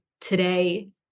today